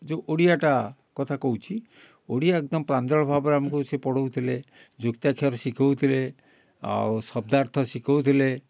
ଯେଉଁ ଓଡ଼ିଆଟା କଥା କହୁଛି ଓଡ଼ିଆ ଏକଦମ୍ ପ୍ରାଞ୍ଜଳ ଭାବରେ ଆମକୁ ସେ ପଢ଼ାଉଥିଲେ ଯୁକ୍ତାକ୍ଷର ଶିଖାଉଥିଲେ ଆଉ ଶବ୍ଦାର୍ଥ ଶିଖାଉଥିଲେ